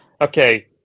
okay